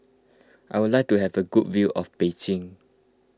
I would like to have a good view of Beijing